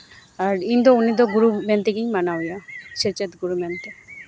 ᱟᱨ ᱤᱧ ᱫᱚ ᱩᱱᱤ ᱫᱚ ᱜᱩᱨᱩ ᱢᱮᱱ ᱛᱮᱜᱮᱧ ᱢᱟᱱᱟᱣᱮᱭᱟ ᱥᱮᱪᱮᱫ ᱜᱩᱨᱩ ᱢᱮᱱᱛᱮ